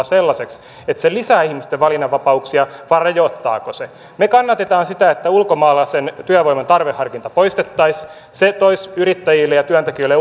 sellaiseksi että se lisää ihmisten valinnanvapauksia vai rajoittaako se me kannatamme sitä että ulkomaalaisen työvoiman tarveharkinta poistettaisiin se toisi yrittäjille ja työntekijöille